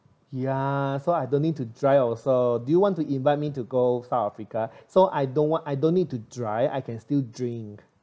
ya so I don't need to drive also so do you want to invite me to go south africa so I don't want I don't need to drive I can still drink